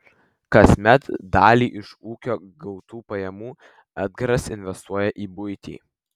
kasmet dalį iš ūkio gautų pajamų edgaras investuoja į buitį